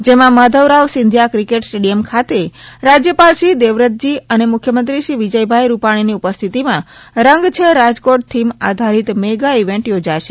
જેમાં Madhavrao Scindia cricket stadium ખાતે રાજ્યપાલશ્રી દેવવ્રતજી અને મુખ્યમંત્રીશ્રી વિજયભાઇ રૂપાણીની ઉપસ્થિતીમાં રંગ છે રાજકોટ થીમ આધારીત મેગા ઇવેન્ટ યોજાશે